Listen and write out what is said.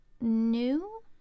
new